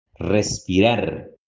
respirar